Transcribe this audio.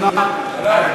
כן, לגמרי.